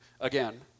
Again